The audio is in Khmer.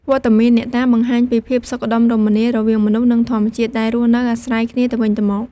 វត្តមានអ្នកតាបង្ហាញពីភាពសុខដុមរមនា រវាងមនុស្សនិងធម្មជាតិ ដែលរស់នៅអាស្រ័យគ្នាទៅវិញទៅមក។